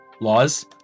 laws